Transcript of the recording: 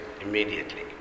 immediately